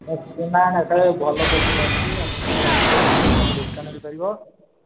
ନା ନା ସାର୍ ଭଲ ପୋଟଳ ଅଛି ଆପଣ ଯଦି ଅଧିକ ନେବେ ଆପଣଙ୍କୁ ଡିସକାଉଣ୍ଟ୍ ମିଳିପାରିବ